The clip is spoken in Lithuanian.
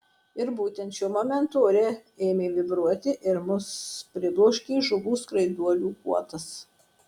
ir būtent šiuo momentu ore ėmė vibruoti ir mus pribloškė žuvų skraiduolių guotas